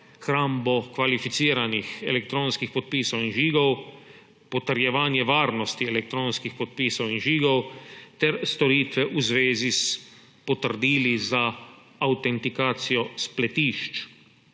hrambo kvalificiranih elektronskih podpisov in žigov, potrjevanje varnosti elektronskih podpisov in žigov ter storitve v zvezi s potrdili za avtentikacijo spletišč.